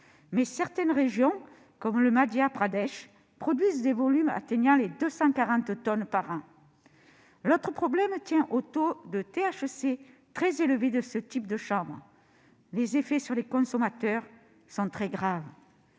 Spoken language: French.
mais certaines régions, comme le Madhya Pradesh, produisent des volumes atteignant 240 tonnes par an. L'autre problème tient au taux de tétrahydrocannabinol, ou THC, très élevé de ce type de chanvre : les effets sur les consommateurs sont très graves.